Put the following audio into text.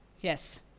Yes